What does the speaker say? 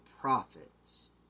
prophets